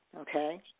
okay